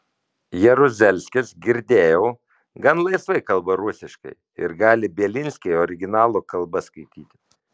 jaruzelskis girdėjau gan laisvai kalba rusiškai ir gali bielinskį originalo kalba skaityti